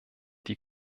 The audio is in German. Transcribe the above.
die